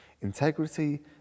Integrity